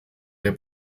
der